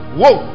whoa